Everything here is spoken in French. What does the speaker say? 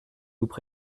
vous